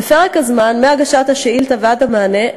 בפרק הזמן מהגשת השאילתה ועד המענה,